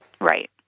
Right